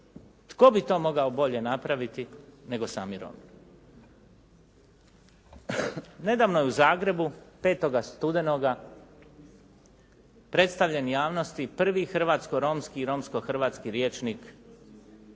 Tko bi to mogao bolje napraviti nego sami Romi? Nedavno je u Zagrebu 5. studenoga predstavljen javnosti prvi hrvatsko-romski i romsko-hrvatski rječnik